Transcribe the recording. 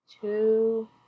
two